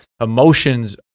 emotions